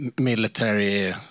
military